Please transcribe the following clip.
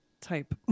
type